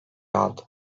aldı